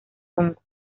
congo